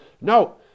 No